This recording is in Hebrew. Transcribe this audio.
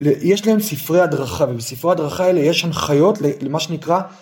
יש להם ספרי הדרכה, ובספרי הדרכה האלה יש הנחיות למה שנקרא